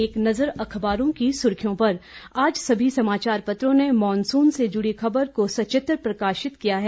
एक नज़र अखबारों की सुर्खियों पर आज सभी समाचार पत्रों ने मॉनसून से जुड़ी खबर को सचित्र प्रकाशित किया है